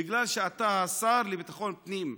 בגלל שאתה השר לביטחון פנים.